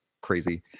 crazy